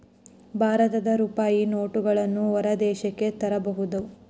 ಭಾರತದ ರೂಪಾಯಿ ನೋಟುಗಳನ್ನು ಹೊರ ದೇಶಕ್ಕೆ ತರಬಾರದು